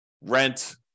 rent